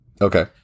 Okay